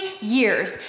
years